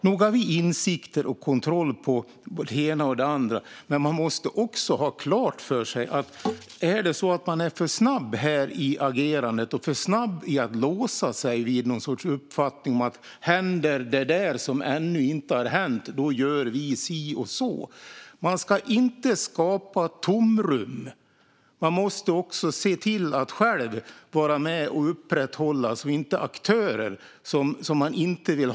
Nog har vi insikter och kontroll över det ena och det andra, men vi får inte vara för snabba i agerandet och låsa oss vid uppfattningen att om något händer som ännu inte har hänt gör vi si och så. Vi ska inte skapa tomrum, utan vi måste vara med och upprätthålla insatsen.